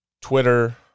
Twitter